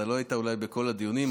אתה אולי לא היית בכל הדיונים,